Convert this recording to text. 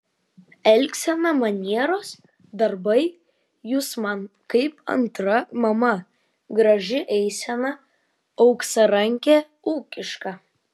elgsena manieros darbai jūs man kaip antra mama graži eisena auksarankė ūkiška